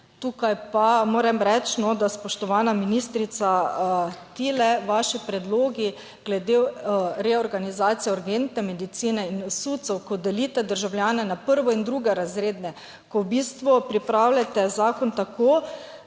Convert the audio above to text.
Tukaj pa moram reči, da spoštovana ministrica ti vaši predlogi glede reorganizacije urgentne medicine in SUC(?), ko delite državljane na prvo in drugorazredne, ko v bistvu pripravljate zakon tako,